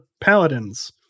paladins